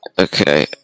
Okay